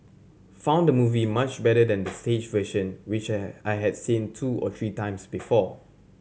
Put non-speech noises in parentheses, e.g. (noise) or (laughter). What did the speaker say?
found the movie much better than the stage version which (unintelligible) I had seen two or three times before